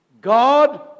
God